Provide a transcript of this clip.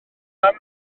islam